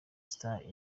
stars